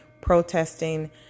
protesting